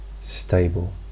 stable